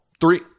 Three